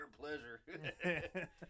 pleasure